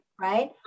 right